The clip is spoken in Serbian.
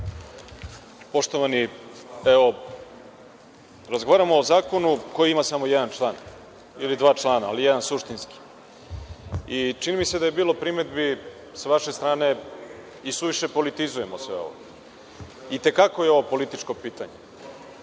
Poštovani, razgovaramo o zakonu koji ima samo jedan član ili dva, ali jedan suštinski. Čini mi se da je bilo primedbi sa vaše strane da i suviše politizujemo sve ovo. I te kako je ovo političko pitanje,